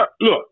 look